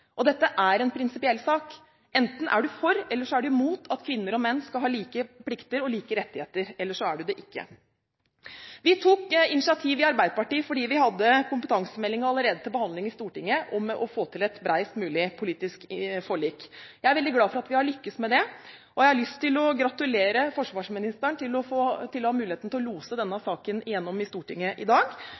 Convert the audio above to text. Dette er en prinsipiell sak: Enten er man for at kvinner og menn skal ha like rettigheter og plikter, eller man er det ikke. Fordi vi allerede hadde kompetansemeldingen til behandling i Stortinget, tok vi i Arbeiderpartiet et initiativ til å få til et bredest mulig politisk forlik. Jeg er veldig glad for at vi har lyktes med det. Jeg har lyst til å gratulere forsvarsministeren med å ha fått muligheten til å lose denne saken gjennom i Stortinget i dag.